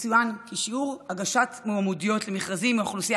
יצוין כי שיעור הגשת מועמדויות למכרזים מהאוכלוסייה